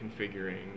configuring